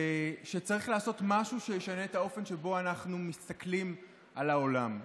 ושצריך לעשות משהו שישנה את האופן שבו אנחנו מסתכלים על העולם.